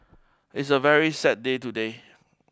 it's a very sad day today